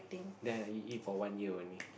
ya eat for one year only